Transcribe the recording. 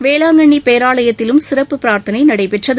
வேளாங்கண்ணிபேராலயத்திலும் சிறப்பு பிரார்த்தனைநடைபெற்றது